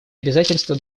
обязательства